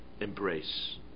embrace